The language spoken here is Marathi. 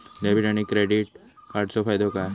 डेबिट आणि क्रेडिट कार्डचो फायदो काय?